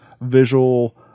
visual